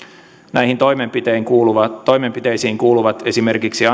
näihin toimenpiteisiin kuuluvat toimenpiteisiin kuuluvat esimerkiksi